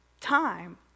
time